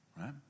right